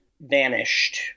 vanished